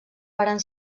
varen